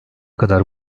kadar